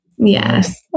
yes